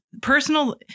personal